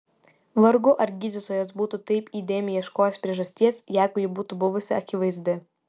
vargu ar gydytojas būtų taip įdėmiai ieškojęs priežasties jeigu ji būtų buvusi akivaizdi